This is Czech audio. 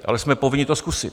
Ale jsme povinni to zkusit.